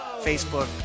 Facebook